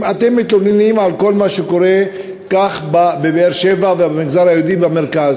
אם אתם מתלוננים על כל מה שקורה בבאר-שבע ובמגזר היהודי במרכז,